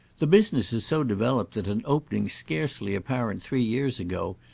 the business has so developed that an opening scarcely apparent three years ago,